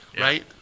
right